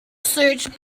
search